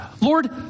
Lord